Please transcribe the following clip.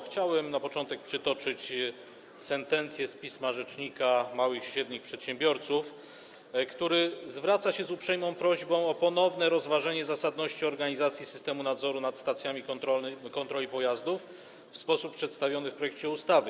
Chciałbym na początek przytoczyć sentencję z pisma rzecznika małych i średnich przedsiębiorców, który zwraca się z uprzejmą prośbą o ponowne rozważenie zasadności organizacji systemu nadzoru nad stacjami kontroli pojazdów w sposób przedstawiony w projekcie ustawy.